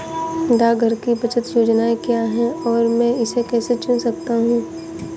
डाकघर की बचत योजनाएँ क्या हैं और मैं इसे कैसे चुन सकता हूँ?